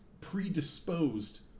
predisposed